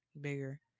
bigger